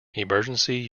emergency